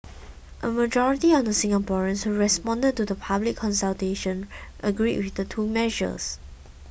a majority of the Singaporeans who responded to the public consultation agreed with the two measures